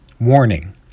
Warning